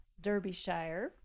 Derbyshire